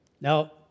Now